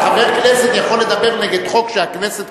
אבל חבר כנסת יכול לדבר נגד חוק שהכנסת